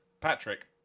patrick